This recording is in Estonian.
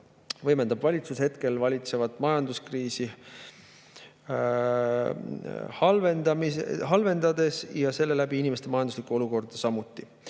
võimendab valitsus hetkel valitsevat majanduskriisi, halvendades sellega samuti inimeste majanduslikku olukorda.